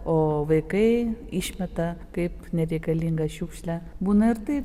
o vaikai išmeta kaip nereikalingą šiukšlę būna ir taip